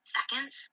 seconds